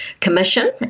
Commission